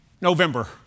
November